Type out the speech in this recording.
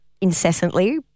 incessantly